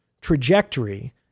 trajectory